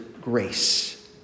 grace